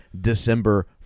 December